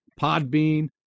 Podbean